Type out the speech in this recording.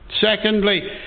Secondly